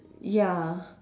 ya